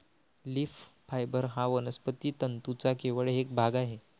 leaf fibre हा वनस्पती तंतूंचा केवळ एक भाग आहे